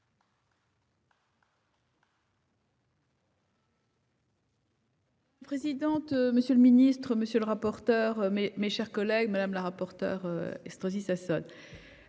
minutes. Présidente. Monsieur le ministre, monsieur le rapporteur. Mes, mes chers collègues. Madame la rapporteure Estrosi Sassone.